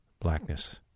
Blackness